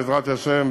בעזרת השם,